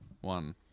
one